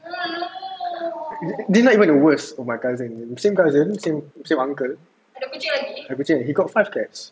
this is not even the worst err same cousin same uncle ada kucing he got five cats